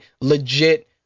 legit